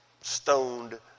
stoned